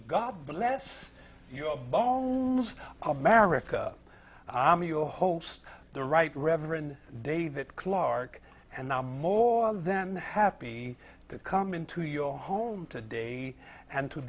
god bless your bones america i'm your host the right reverend david clark and now more than happy to come into your home today and to